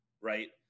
right